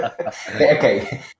okay